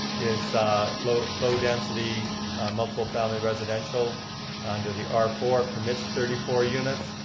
is low low density multifamily residential under the r four, permits thirty four units,